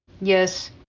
Yes